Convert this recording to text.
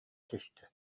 түстэ